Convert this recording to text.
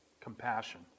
compassion